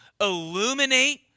illuminate